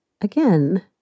again